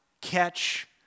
catch